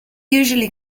usually